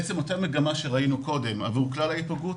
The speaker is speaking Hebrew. בעצם אותה מגמה שראינו קודם עבור כלל ההיפגעות,